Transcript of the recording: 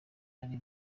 ari